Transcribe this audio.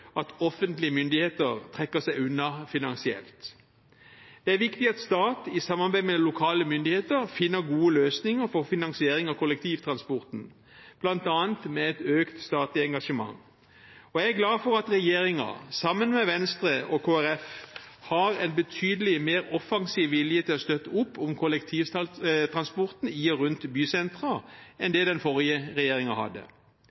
at offentlige myndigheter trekker seg unna finansielt. Det er viktig at stat, i samarbeid med lokale myndigheter, finner gode løsninger for finansiering av kollektivtransporten, bl.a. med et økt statlig engasjement. Jeg er glad for at regjeringen, sammen med Venstre og Kristelig Folkeparti, har betydelig mer offensiv vilje til å støtte opp om kollektivtransporten i og rundt bysentra enn det den forrige regjeringen hadde.